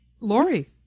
Lori